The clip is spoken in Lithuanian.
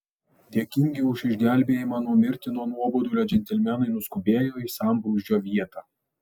dėkingi už išgelbėjimą nuo mirtino nuobodulio džentelmenai nuskubėjo į sambrūzdžio vietą